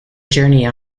journey